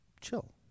chill